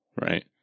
right